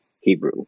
Hebrew